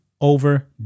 over